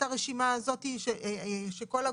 ברשותך,